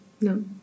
No